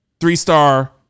Three-star